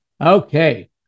Okay